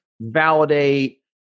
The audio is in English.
validate